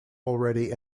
already